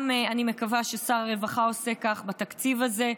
אני מקווה שגם שר הרווחה עושה כך בתקציב הזה,